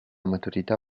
maturità